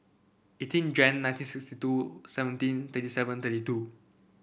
eighteen Jan nineteen sixty two seventeen thirty seven thirty two